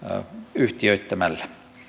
yhtiöittämällä